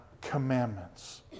commandments